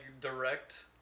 direct